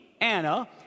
Anna